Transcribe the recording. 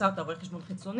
עשה אותה רואה חשבון רציני,